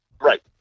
Right